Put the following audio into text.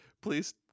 please